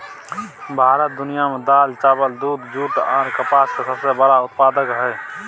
भारत दुनिया में दाल, चावल, दूध, जूट आर कपास के सबसे बड़ा उत्पादक हय